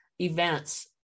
events